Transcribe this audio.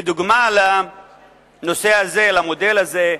כדוגמה לנושא הזה, למודל הזה,